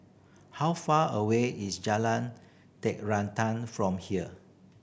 how far away is Jalan Terantang from here